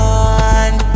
one